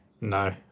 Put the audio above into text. No